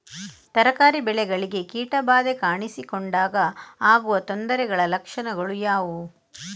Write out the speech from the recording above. ತರಕಾರಿ ಬೆಳೆಗಳಿಗೆ ಕೀಟ ಬಾಧೆ ಕಾಣಿಸಿಕೊಂಡಾಗ ಆಗುವ ತೊಂದರೆಗಳ ಲಕ್ಷಣಗಳು ಯಾವುವು?